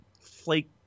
flake